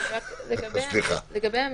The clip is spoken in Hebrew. לגבי המספרים,